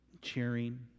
cheering